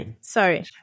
sorry